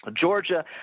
Georgia